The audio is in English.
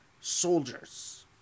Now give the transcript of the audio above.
soldiers